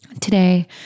Today